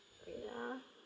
wait ah